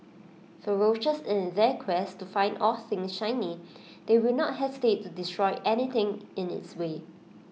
ferocious in their quest to find all things shiny they will not hesitate to destroy anything in its way